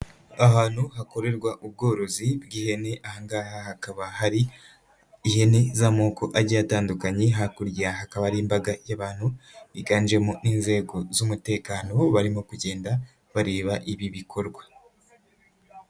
Ahantu hakorerwa ubworozi bw'ihene, aha ngaha hakaba hari ihene z'amoko agiye atandukanye, hakurya hakaba hari imbaga y'abantu biganjemo inzego z'umutekano barimo kugenda bareba ibi bikorwa.